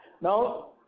now